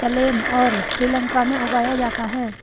सलेम और श्रीलंका में उगाया जाता है